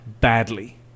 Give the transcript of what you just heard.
badly